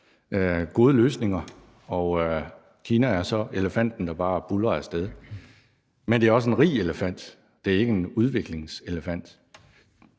gode løsninger, og Kina er så elefanten, der bare buldrer af sted, men det er også en rig elefant; det er ikke en udviklingselefant.